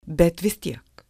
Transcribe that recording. bet vis tiek